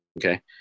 Okay